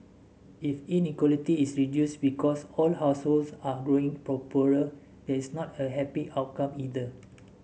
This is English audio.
if inequality is reduced because all households are growing poorer is not a happy outcome either